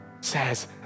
says